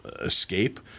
escape